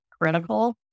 critical